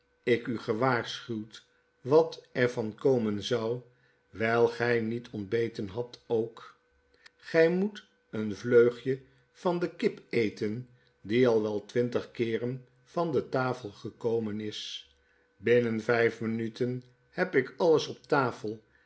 ik u gewaarschuwd wat er van komen zou wyl gy niet ontbeten had ook gy moet een vleugeltje van de kip eten die al wel twintig keeren van de tafel gekomen is binnen vyf minuten heb ik alles op tafel